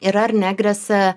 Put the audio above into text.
ir ar negresia